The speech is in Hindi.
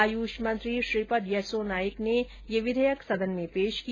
आयुष मंत्री श्रीपद येस्सो नायक ने यह विधेयक सदन में पेश किया